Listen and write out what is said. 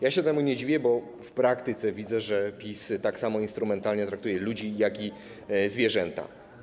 Ja się temu nie dziwię, bo w praktyce widzę, że PiS tak samo instrumentalnie traktuje ludzi jak zwierzęta.